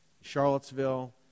charlottesville